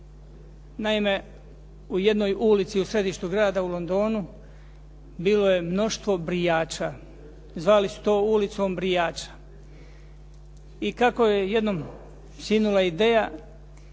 Naime, u jednoj ulici u središtu grada u Londonu bilo je mnoštvo brijača. Zvali su to ulicom brijača i kako je jednom sinula ideja